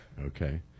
Okay